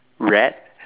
rat